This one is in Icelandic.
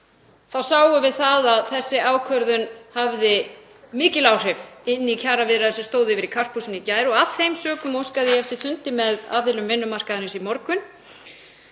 þá sáum við að þessi ákvörðun hafði mikil áhrif inn í kjaraviðræður sem stóðu yfir í Karphúsinu í gær. Af þeim sökum óskaði ég eftir fundi með aðilum vinnumarkaðarins í morgun